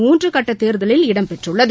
மூன்று கட்டத் தேர்தலில் இடம் பெற்றுள்ளது